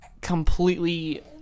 completely